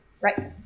Right